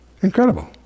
incredible